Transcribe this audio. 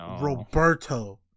Roberto